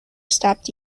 stopped